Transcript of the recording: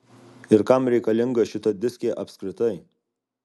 ir kam reikalinga šita diskė apskritai